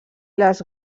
les